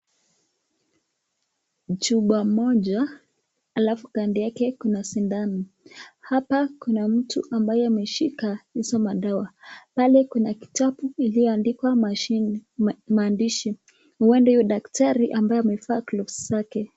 Chupa moja alafu kando yake kuna sindano, hapa kuna mtu ambaye ameshika hizo madawa, pale kuna kitabu ilioandikwa maandishi huenda huyo daktari amevaa glovu zake.